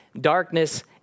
darkness